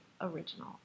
original